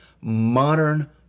modern